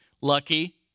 lucky